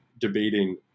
debating